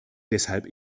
deshalb